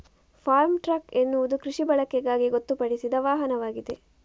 form truck ಎನ್ನುವುದು ಕೃಷಿ ಬಳಕೆಗಾಗಿ ಗೊತ್ತುಪಡಿಸಿದ ವಾಹನವಾಗಿದೆ